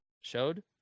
showed